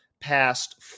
passed